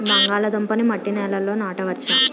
బంగాళదుంప నీ మట్టి నేలల్లో నాట వచ్చా?